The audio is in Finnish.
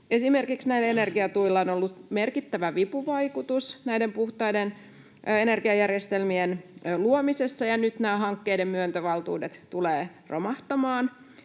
Esimerkiksi näillä energiatuilla on ollut merkittävä vipuvaikutus näiden puhtaiden energiajärjestelmien luomisessa, ja nyt nämä hankkeiden myöntövaltuudet tulevat romahtamaan.